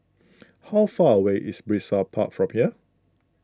how far away is Brizay Park from here